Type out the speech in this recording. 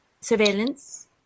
surveillance